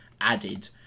added